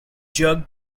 jerked